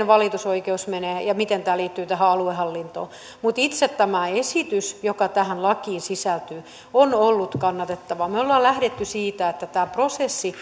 valitusoikeus menee ja miten tämä liittyy aluehallintoon mutta itse tämä esitys joka tähän lakiin sisältyy on ollut kannatettava me olemme lähteneet siitä että tämä prosessi